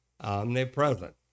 omnipresent